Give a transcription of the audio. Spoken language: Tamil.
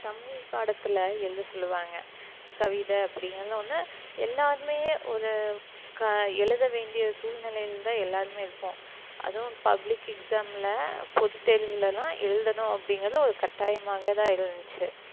தமிழ் பாடத்தில் எழுத சொல்லுவாங்கள் கவிதை அப்படிங்குறது ஒன்று எல்லாருமே ஒரு க எழுத வேண்டிய சூழ்நிலையில் தான் எல்லாருமே இருப்போம் அதுவும் பப்ளிக் எக்ஸாமில் பொது தேர்வுலல்லாம் எழுதணும் அப்படிங்கிறது ஒரு கட்டாயமாக தான் இருந்துச்சு